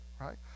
right